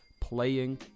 Playing